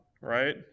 right